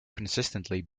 consistently